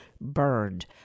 burned